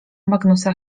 magnusa